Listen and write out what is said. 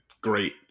great